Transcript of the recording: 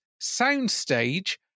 soundstage